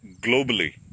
globally